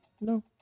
No